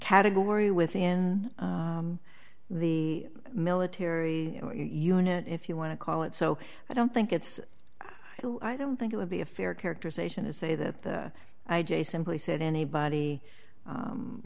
category within the military unit if you want to call it so i don't think it's i don't think it would be a fair characterization is say that i j simply said anybody